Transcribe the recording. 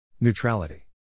Neutrality